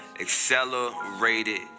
Accelerated